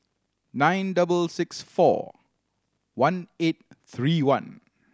nine double six four one eight three one